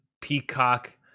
Peacock